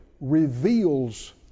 reveals